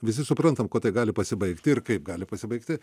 visi suprantam kuo tai gali pasibaigti ir kaip gali pasibaigti